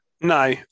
No